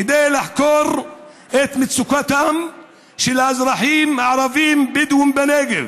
כדי שתחקור את מצוקתם של האזרחים הערבים הבדואים בנגב,